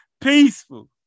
Peaceful